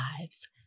lives